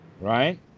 right